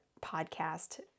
podcast